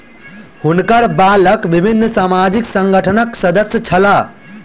हुनकर बालक विभिन्न सामाजिक संगठनक सदस्य छला